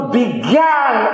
began